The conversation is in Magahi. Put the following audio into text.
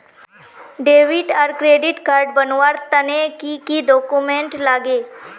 डेबिट आर क्रेडिट कार्ड बनवार तने की की डॉक्यूमेंट लागे?